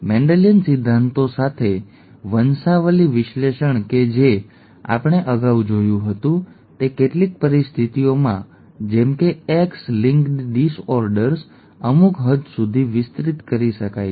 Mendelian સિદ્ધાંતો સાથે વંશાવલિ વિશ્લેષણ કે જે આપણે અગાઉ જોયું હતું તે કેટલીક પરિસ્થિતિઓમાં જેમ કે એક્સ લિંક્ડ ડિસઓર્ડર્સ અમુક હદ સુધી વિસ્તૃત કરી શકાય છે